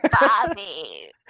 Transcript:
Bobby